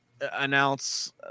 announce